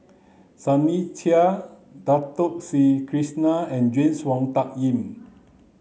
Sunny Sia Dato Sri Krishna and James Wong Tuck Yim